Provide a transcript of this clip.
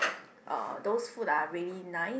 uh those food are really nice